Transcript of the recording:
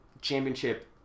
championship